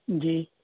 جی